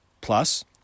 plus